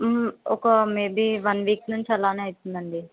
ఒక maybe one week నుంచి అలాగే అవుతుంది అండి